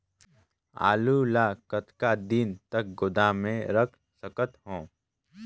आलू ल कतका दिन तक गोदाम मे रख सकथ हों?